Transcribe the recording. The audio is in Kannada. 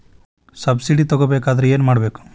ಸಬ್ಸಿಡಿ ತಗೊಬೇಕಾದರೆ ಏನು ಮಾಡಬೇಕು?